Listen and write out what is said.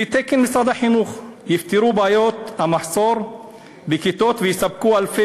לפי תקן משרד החינוך תפתור את בעיות המחסור בכיתות ותספק אלפי